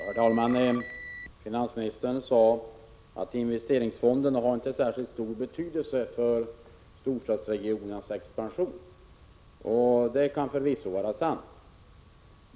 Herr talman! Finansministern sade att investeringsfonderna inte har särskilt stor betydelse för storstadsregionernas expansion. Det kan förvisso vara sant.